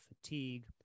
fatigue